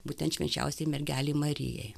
būtent švenčiausiajai mergelei marijai